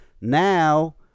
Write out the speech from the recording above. now